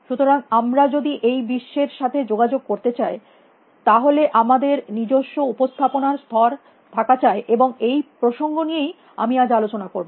সুতরাং আমরা যদি এই বিশ্বের সাথে যোগাযোগ করতে চাই তাহলে আমাদের নিজস্ব উপস্থাপনার স্তর থাকা চাই এবং এই প্রসঙ্গ নিয়েই আমি আজ আলোচনা করব